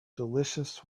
delicious